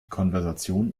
konversation